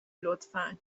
لطفا